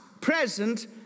present